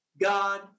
God